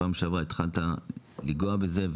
בפעם שעברה התחלת לגעת בזה,